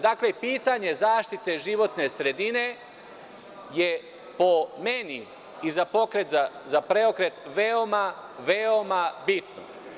Dakle, pitanje zaštite životne sredine je po meni i za Pokret za preokret veoma, veoma bitna.